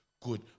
good